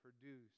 produce